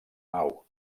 nau